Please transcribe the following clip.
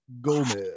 Gomez